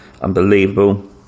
unbelievable